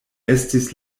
estis